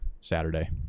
Saturday